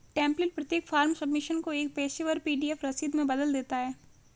template प्रत्येक form submission को एक पेशेवर पी.डी.एफ रसीद में बदल देता है